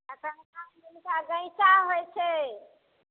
आ तकर बाद हिनका गैँचा होइ छै